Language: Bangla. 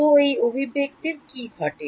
তো এই অভিব্যক্তির কী ঘটে